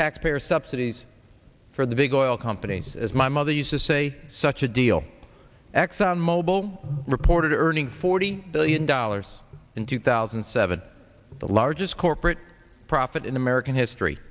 taxpayer subsidies for the big oil companies as my mother used to say such a deal exxon mobil reported earning forty billion dollars in two thousand and seven the largest corporate profit in american history